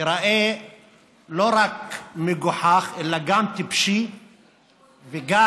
ייראה לא רק מגוחך אלא גם טיפשי וגם